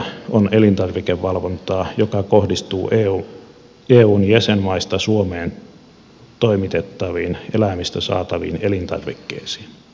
ensisaapumisvalvonta on elintarvikevalvontaa joka kohdistuu muista eun jäsenmaista suomeen toimitettaviin eläimistä saataviin elintarvikkeisiin